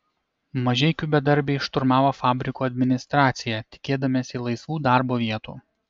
mažeikių bedarbiai šturmavo fabriko administraciją tikėdamiesi laisvų darbo vietų